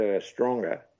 stronger